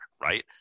right